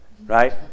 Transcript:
Right